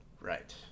Right